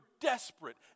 desperate